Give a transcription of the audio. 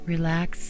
Relax